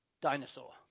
dinosaur